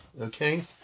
Okay